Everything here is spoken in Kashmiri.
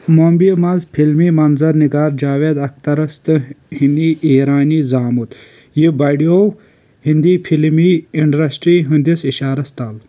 ممبیہِ منٛز فِلمی منظر نِگار جاوید اَختَرس تہٕ ہنی ایٖرانی زامُت، یہِ بَڑیٚوو ہندی فِلمی اِنٛڈسٹرٛی ہِنٛدِس اشارس تل